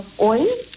oil